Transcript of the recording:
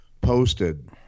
posted